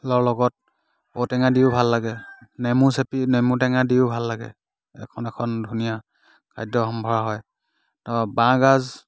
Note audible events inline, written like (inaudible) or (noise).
(unintelligible) লগত ঔটেঙা দিও ভাল লাগে নেমু চেপি নেমু টেঙা দিও ভাল লাগে এখন এখন ধুনীয়া খাদ্যসম্ভাৰ হয় তাৰ পৰা বাঁহগাজ